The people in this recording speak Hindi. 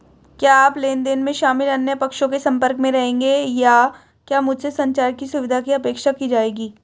क्या आप लेन देन में शामिल अन्य पक्षों के संपर्क में रहेंगे या क्या मुझसे संचार की सुविधा की अपेक्षा की जाएगी?